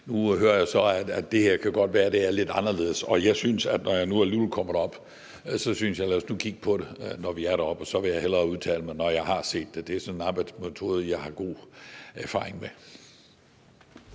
Nu hører jeg så, at det godt kan være, at det her er lidt anderledes. Jeg synes, at vi skal kigge på det, når jeg nu alligevel kommer derop; så vil jeg hellere udtale mig, når jeg har set det. Det er sådan en arbejdsmetode, jeg har god erfaring med.